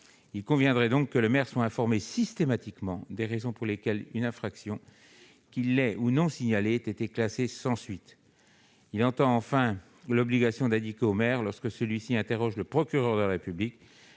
Il conviendrait donc que le maire soit informé systématiquement des raisons pour lesquelles une infraction, qu'il l'ait ou non signalée, a été classée sans suite. Le présent amendement vise ainsi à étendre l'obligation d'indiquer au maire, lorsque celui-ci interroge le procureur de la République,